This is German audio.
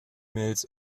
mails